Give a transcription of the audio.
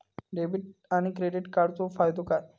Debit आणि credit कार्डचो फायदो काय?